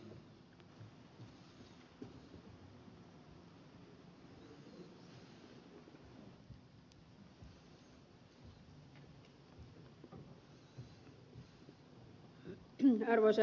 arvoisa herra puhemies